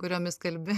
kuriomis kalbi